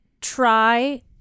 try